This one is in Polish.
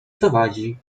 zawadzi